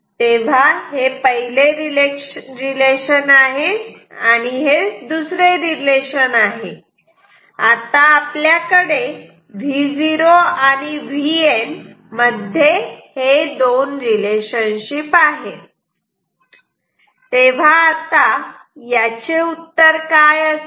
तेव्हा हे पहिले रिलेशन आहे आणि हे दुसरे रिलेशन आहे आता आपल्याकडे Vo आणि Vn मध्ये हे दोन रिलेशनशिप आहेत तेव्हा आता याचे उत्तर काय असेल